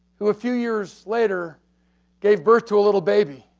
who a few years later gave birth to a little baby